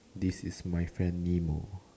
this is my friend nemo